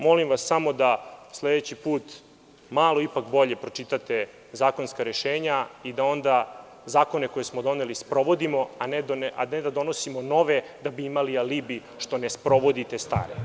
Molim vas samo da sledeći put malo bolje pročitate zakonska rešenja i da onda zakone koje smo doneli sprovodimo, a ne da donosimo nove da bi imali alibi što ne sprovodite stare.